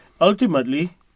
Ultimately